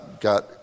got